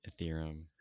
ethereum